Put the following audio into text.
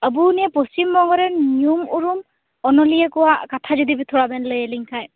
ᱟᱵᱚ ᱱᱤᱭᱟᱹ ᱯᱚᱥᱪᱤᱢᱵᱚᱝᱜᱚ ᱨᱮᱱ ᱧᱩᱢᱩᱨᱩᱢ ᱚᱱᱚᱞᱤᱭᱟᱹ ᱠᱚᱣᱟᱜ ᱠᱟᱛᱷᱟ ᱡᱩᱫᱤ ᱛᱷᱚᱲᱟ ᱵᱤᱱ ᱞᱟ ᱭᱟ ᱞᱤᱧ ᱠᱷᱟᱡ